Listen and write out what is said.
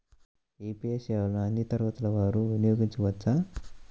UPI సేవలని అన్నీ తరగతుల వారు వినయోగించుకోవచ్చా?